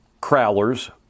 Crowlers